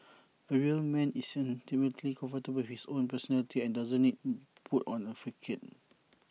A real man is ultimately comfortable with his own personality and doesn't need put on A facade